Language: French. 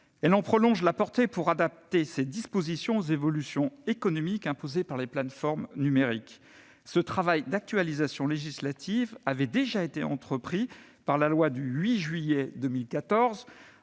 à en prolonger la portée pour adapter ses dispositions aux évolutions économiques imposées par les plateformes numériques. Ce travail d'actualisation législatif avait déjà été entrepris par la loi du 8 juillet 2014